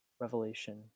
Revelation